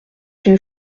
une